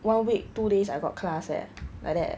one week two days I got class eh like that